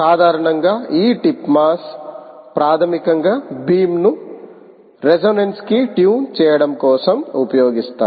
సాధారణంగా ఈ tip mass ప్రాథమికంగా బీమ్ ను రెసోనెన్స్ కి ట్యూన్ చేయడంకోసం ఉపయోగిస్తారు